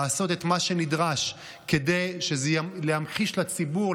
לעשות את מה שנדרש כדי שזה ימחיש לציבור,